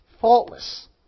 faultless